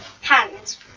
Hands